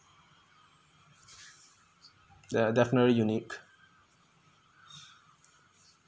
they are definitely unique